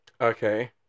Okay